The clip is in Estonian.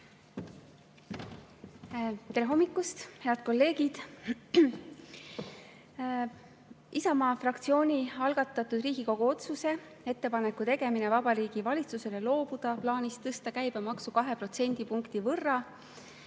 Tere hommikust, head kolleegid! Isamaa fraktsiooni algatatud Riigikogu otsuse "Ettepaneku tegemine Vabariigi Valitsusele loobuda plaanist tõsta käibemaksu kahe protsendipunkti võrra"